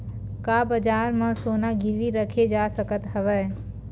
का बजार म सोना गिरवी रखे जा सकत हवय?